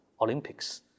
Olympics